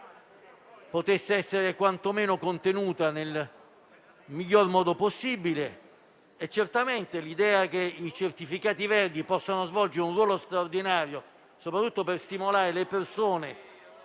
potesse essere quantomeno contenuta nel miglior modo possibile. Certamente l'idea che i certificati verdi possano svolgere un ruolo straordinario, soprattutto per stimolare le persone